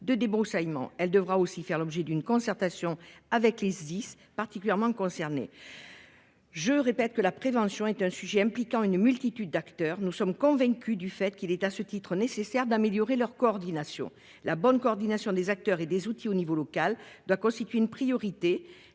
de débroussaillement. Elle devra aussi faire l'objet d'une concertation avec les. Particulièrement concernés. Je répète que la prévention est un sujet impliquant une multitude d'acteurs, nous sommes convaincus du fait qu'il est à ce titre nécessaire d'améliorer leur coordination la bonne coordination des acteurs et des outils au niveau local doit constituer une priorité